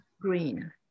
green